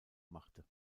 machte